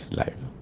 life